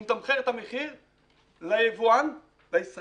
הוא מתמחר את המחיר ליבואן הישראלי